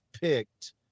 picked